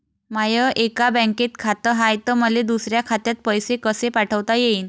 माय एका बँकेत खात हाय, त मले दुसऱ्या खात्यात पैसे कसे पाठवता येईन?